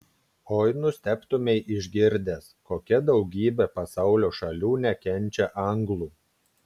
oi nustebtumei išgirdęs kokia daugybė pasaulio šalių nekenčia anglų